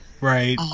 right